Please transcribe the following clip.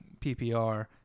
PPR